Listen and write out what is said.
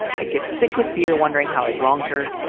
i get sick with fear, wondering how i'd wronged her,